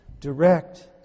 direct